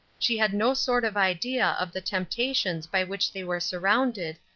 she had no sort of idea of the temptations by which they were surrounded,